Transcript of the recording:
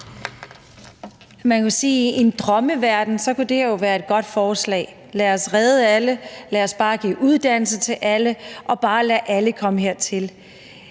i en drømmeverden kunne det her være et godt forslag: Lad os redde alle, lad os bare give uddannelser til alle, og lad bare alle komme hertil.